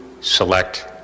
select